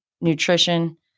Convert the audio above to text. nutrition